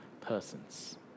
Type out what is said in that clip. persons